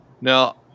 Now